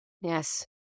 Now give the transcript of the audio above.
Yes